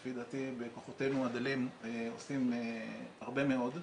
שלפי דעתי בכוחותינו הדלים עושים הרבה מאוד.